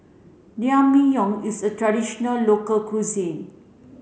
Naengmyeon is a traditional local cuisine